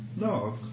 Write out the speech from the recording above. No